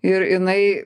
ir jinai